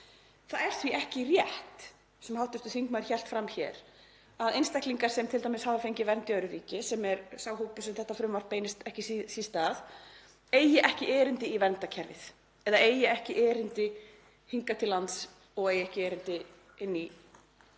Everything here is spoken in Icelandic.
Það er því ekki rétt sem hv. þingmaður hélt fram hér að einstaklingar sem t.d. hafa fengið vernd í öðru ríki, sem er sá hópur sem þetta frumvarp beinist ekki síst að, eigi ekki erindi í verndarkerfið eða eigi ekki erindi hingað til lands og eigi ekki erindi til að